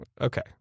Okay